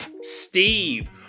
Steve